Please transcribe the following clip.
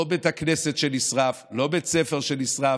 לא בית כנסת שנשרף, לא בית ספר שנשרף,